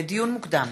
לדיון מוקדם,